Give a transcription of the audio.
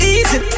Easy